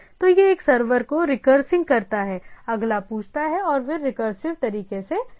तो यह एक सर्वर को रिकरसिंग करता है अगला पूछता है और एक रिकरसिव तरीके से जाता है